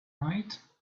night